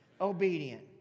obedient